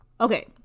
Okay